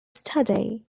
study